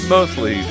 Mostly